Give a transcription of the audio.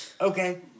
okay